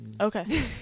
Okay